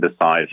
decide